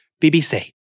BBC